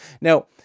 Now